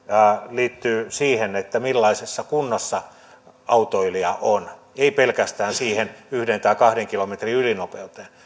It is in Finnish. liittyy siihen millaisessa kunnossa autoilija on ei pelkästään siihen yksi tai kahden kilometrin ylinopeuteen